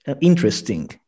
interesting